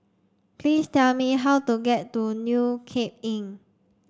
please tell me how to get to New Cape Inn